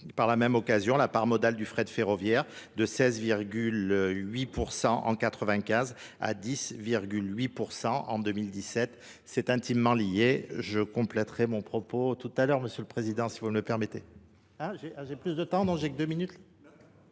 par la même occasion, la part modale du frais de ferroviaire de 16,8% en 1995 à 10,8% en 2017. C'est intimement lié. Je compléterai mon propos tout à l'heure, monsieur le Président, si vous me permettez.